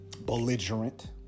Belligerent